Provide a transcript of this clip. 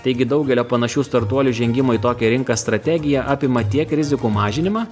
taigi daugelio panašių startuolių žengimą į tokią rinką strategija apima tiek rizikų mažinimą